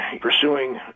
pursuing